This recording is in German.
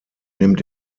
nimmt